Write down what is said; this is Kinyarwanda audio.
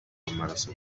w’amaraso